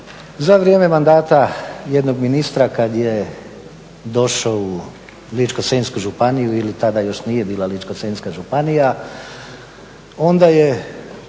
za vrijeme mandata jednog ministra kad je došao u Ličko-senjsku županiju ili tada još nije bila Ličko-senjska županija onda je,